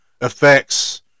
affects